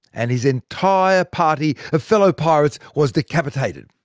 and his entire party of fellow pirates was decapitated.